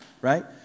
right